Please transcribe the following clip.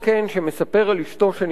שמספר על אשתו שנפטרה,